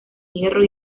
hierro